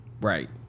Right